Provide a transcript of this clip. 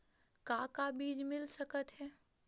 का का बीज मिल सकत हे?